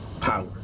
power